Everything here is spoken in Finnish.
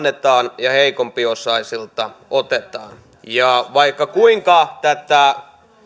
että parempiosaisille annetaan ja heikompiosaisilta otetaan vaikka kuinka tätä